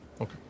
Okay